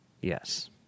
Yes